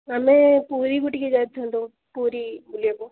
ଆମେ ପୁରୀକୁ ଟିକେ ଯାଇଥାଆନ୍ତୁ ପୁରୀ ବୁଲିବାକୁ